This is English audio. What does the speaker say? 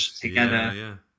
together